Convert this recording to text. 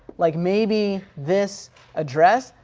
like maybe this address,